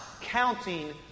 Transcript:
counting